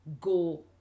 go